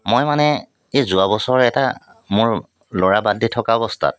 মই মানে এই যোৱাবছৰ এটা মোৰ ল'ৰাৰ বাৰ্থডে থকা অৱস্থাত